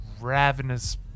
ravenous